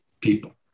people